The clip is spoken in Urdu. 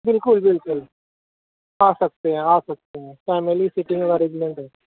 بالکل بالکل آ سکتے ہیں آ سکتے ہیں فیملی سٹنگ ارینجمینٹ ہے